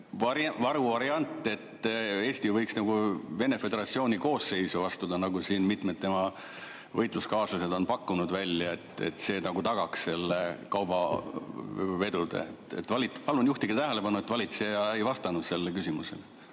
varuvariant, et Eesti võiks nagu Vene föderatsiooni koosseisu astuda, nagu siin mitmed tema võitluskaaslased on välja pakkunud, et see nagu tagaks need kaubaveod. Palun juhtige tähelepanu, et valitseja ei vastanud sellele küsimusele.